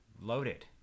loaded